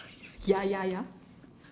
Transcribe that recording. ya ya ya